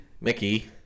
Mickey